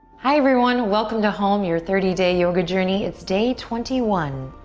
hi everyone. welcome to home, your thirty day yoga journey. it's day twenty one,